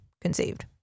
conceived